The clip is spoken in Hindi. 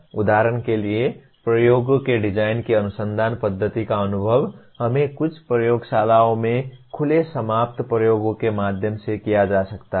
उदाहरण के लिए प्रयोगों के डिजाइन की अनुसंधान पद्धति का अनुभव हमें कुछ प्रयोगशालाओं में खुले समाप्त प्रयोगों के माध्यम से किया जा सकता है